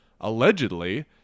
allegedly